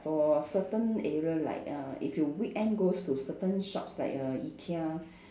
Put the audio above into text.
for certain area like uh if you weekend goes to certain shops like err Ikea